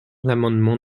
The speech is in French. l’amendement